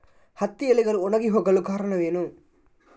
ಹತ್ತಿ ಎಲೆಗಳು ಒಣಗಿ ಹೋಗಲು ಕಾರಣವೇನು?